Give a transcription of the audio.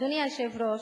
אדוני היושב-ראש,